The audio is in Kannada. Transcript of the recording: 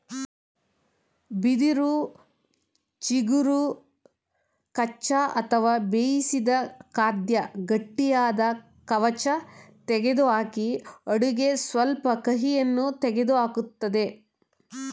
ಬಿದಿರು ಚಿಗುರು ಕಚ್ಚಾ ಅಥವಾ ಬೇಯಿಸಿದ ಖಾದ್ಯ ಗಟ್ಟಿಯಾದ ಕವಚ ತೆಗೆದುಹಾಕಿ ಅಡುಗೆ ಸ್ವಲ್ಪ ಕಹಿಯನ್ನು ತೆಗೆದುಹಾಕ್ತದೆ